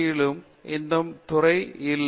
யிலும் இந்த துறை இல்லை